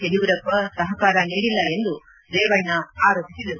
ಯಡಿಯೂರಪ್ಪ ಸಹಕಾರ ನೀಡಿಲ್ಲ ಎಂದು ರೇವಣ್ಣ ಆರೋಪಿಸಿದರು